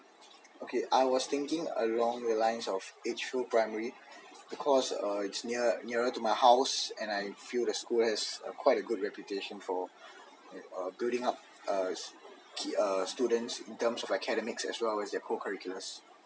okay I was thinking along the lines of edge field primary cause it's near nearer to my house and I feel the school has quite a good reputation for building up uh the students in terms of academics as well as their co curriculars